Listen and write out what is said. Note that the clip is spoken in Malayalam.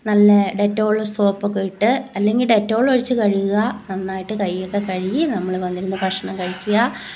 നല്ലെ ഡെറ്റോൾ സോപ്പ് ഒക്കെ ഇട്ട് അല്ലെങ്കിൽ ഡെറ്റോൾ ഒഴിച്ച് കഴുകുക നന്നായിട്ട് കയ്യൊക്കെ കഴുകി നമ്മൾ വന്നിരുന്ന് ഭക്ഷണം കഴിക്കുക